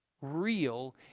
real